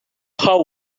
how